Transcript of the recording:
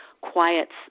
quiets